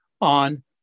on